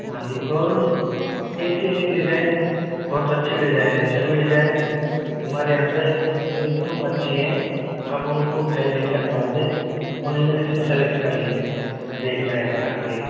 हाँ जी और एक से एक डिजाइन बहुत अच्छी डिजाइन है सभी डिजाइन हमारे यहाँ पे एकदम अच्छी है आप उनको फेल नहीं कर पाओगे उन्हीं में से सेलेक्ट कर लेंगे तो देखना है यहाँ पे आ के